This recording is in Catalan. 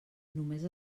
només